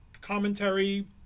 commentary